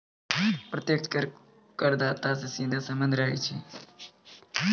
प्रत्यक्ष कर मे करदाता सं सीधा सम्बन्ध रहै छै